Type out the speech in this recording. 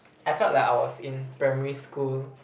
I felt like I was in primary school